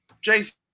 jason